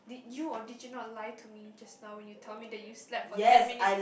did you or did you not lie to me just now when you tell me that you slept for ten minutes